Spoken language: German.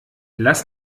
lass